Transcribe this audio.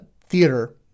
theater